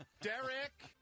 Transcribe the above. Derek